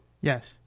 Yes